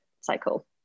cycle